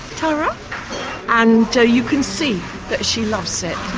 tara and so you can see that she loves it.